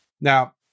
Now